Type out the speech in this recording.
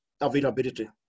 availability